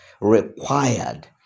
required